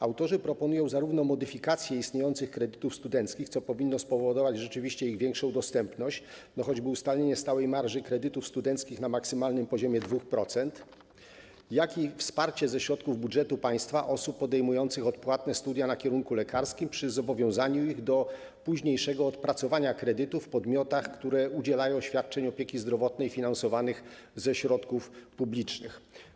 Autorzy proponują zarówno modyfikację istniejących kredytów studenckich, co rzeczywiście powinno spowodować ich większą dostępność, choćby przez ustalenie stałej marży kredytów studenckich na maksymalnym poziomie 2%, jak i wsparcie ze środków budżetu państwa osób podejmujących odpłatnie studia na kierunku lekarskim przy zobowiązaniu ich do późniejszego odpracowania kredytów w podmiotach, które udzielają świadczeń opieki zdrowotnej finansowanych ze środków publicznych.